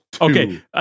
Okay